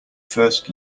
first